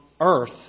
earth